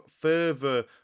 further